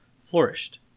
flourished